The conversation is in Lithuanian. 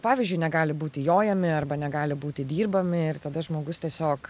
pavyzdžiui negali būti jojami arba negali būti dirbami ir tada žmogus tiesiog